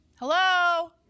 Hello